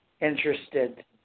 interested